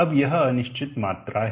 अब यह अनिश्चित मात्रा है